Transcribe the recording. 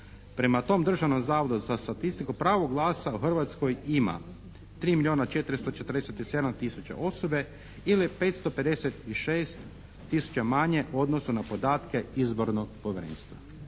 Prema tom Državnom zavodu za statistiku pravo glasa u Hrvatskoj ima 3 milijona 447 tisuća osobe ili 556 tisuća manje u odnosu na podatke Izbornog povjerenstva.